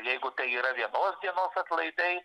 jeigu tai yra vienos dienos atlaidai